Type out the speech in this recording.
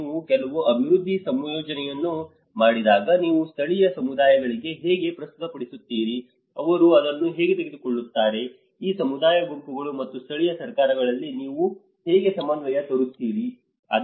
ನೀವು ಕೆಲವು ಅಭಿವೃದ್ಧಿ ಯೋಜನೆಯನ್ನು ಮಾಡಿದಾಗ ನೀವು ಸ್ಥಳೀಯ ಸಮುದಾಯಗಳಿಗೆ ಹೇಗೆ ಪ್ರಸ್ತುತಪಡಿಸುತ್ತೀರಿ ಅವರು ಅದನ್ನು ಹೇಗೆ ತೆಗೆದುಕೊಳ್ಳುತ್ತಾರೆ ಈ ಸಮುದಾಯ ಗುಂಪುಗಳು ಮತ್ತು ಸ್ಥಳೀಯ ಸರ್ಕಾರಗಳಲ್ಲಿ ನೀವು ಹೇಗೆ ಸಮನ್ವಯವನ್ನು ತರುತ್ತೀರಿ